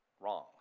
wrong